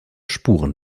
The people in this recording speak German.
spuren